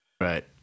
right